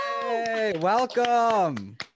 Welcome